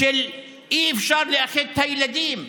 שאי-אפשר לאחד את הילדים.